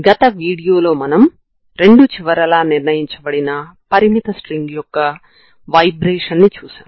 గత వీడియోలో మనం ఏం చేశామో ఒకసారి పునశ్చరణ చేద్దాం